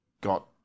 got